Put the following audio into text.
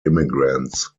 immigrants